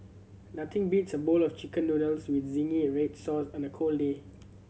nothing beats a bowl of Chicken Noodles with zingy red sauce on a cold day